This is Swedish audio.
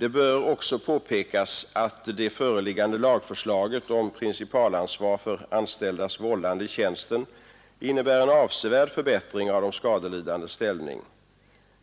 Det bör också påpekas att det föreliggande lagförslaget om principalansvar för anställdas vållande i tjänsten innebär en avsevärd förbättring av de skadelidandes ställning.